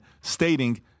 stating